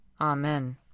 Amen